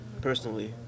personally